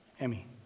Emmy